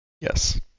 Yes